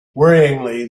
worryingly